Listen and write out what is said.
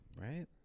right